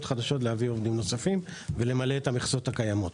נוספות להביא עובדים נוספים ולמלא את המכסות הקיימות.